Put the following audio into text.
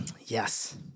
Yes